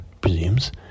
presumes